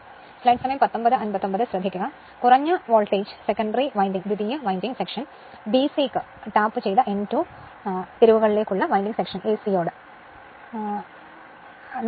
lower voltage secondary winding section BCക്ക് ടാപ്പുചെയ്ത N 2 ടേണുകളുള്ള വിൻഡിംഗ് സെക്ഷൻ ACയോട് ഞാൻ പറഞ്ഞു